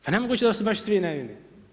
Pa nemoguće da su baš svi nevini.